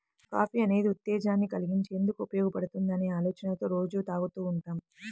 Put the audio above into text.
coffee అనేది ఉత్తేజాన్ని కల్గించేందుకు ఉపయోగపడుతుందనే ఆలోచనతో రోజూ తాగుతూ ఉంటాం